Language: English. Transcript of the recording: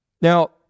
Now